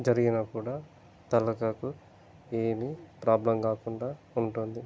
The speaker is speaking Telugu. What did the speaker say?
జరిగినా కూడా తలకాయకు ఏమి ప్రాబ్లం కాకుండా ఉంటుంది